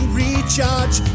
recharge